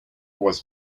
was